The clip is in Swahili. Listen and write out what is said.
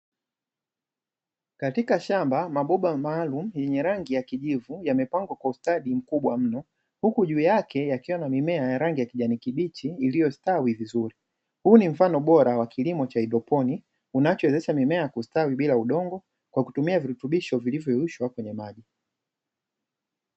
Katika shamba maboba maalumu yenye rangi ya kijivu yamepangwa kwa ustadi mkubwa mno, huku juu yake yakiwa na mimea ya rangi ya kijani kibichi iliyostawi vizuri, huu ni mfano bora wa kilimo cha haidroponi unachowezesha mimea kustawi bila udongo kwa kutumia virutubisho vilivyoyeyushwa kwenye maji.